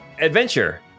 adventure